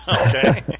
Okay